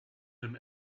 him